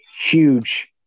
huge